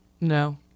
No